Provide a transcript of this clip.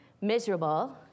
miserable